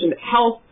health